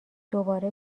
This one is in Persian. دوباره